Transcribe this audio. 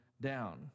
down